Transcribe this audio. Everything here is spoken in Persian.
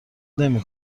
نمی